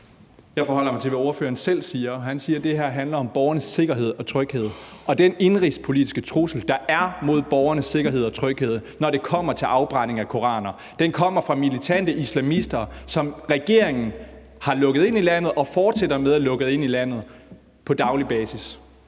Jeg forholder mig til, hvad ordføreren selv siger, og han siger, at det handler om borgernes sikkerhed og tryghed. Den indenrigspolitiske trussel, der er mod borgernes sikkerhed og tryghed, når det kommer til afbrændinger af koraner, kommer fra militante islamister, som regeringen har lukket ind i landet og fortsætter med at lukke ind i landet på daglig basis.